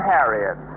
Harriet